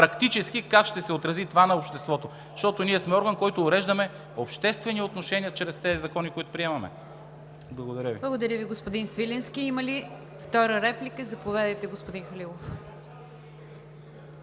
Практически как ще се отрази това на обществото? Защото ние сме орган, който урежда обществени отношения чрез тези закони, които приемаме. Благодаря Ви. ПРЕДСЕДАТЕЛ НИГЯР ДЖАФЕР: Благодаря Ви, господин Свиленски. Има ли втора реплика? Заповядайте, господин Летифов.